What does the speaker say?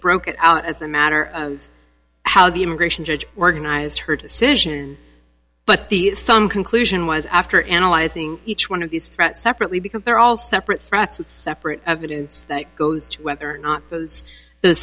broke it out as a matter of how the immigration judge organized her decision but the son conclusion was after analyzing each one of these threats separately because they're all separate threats with separate evidence that goes to whether or not those th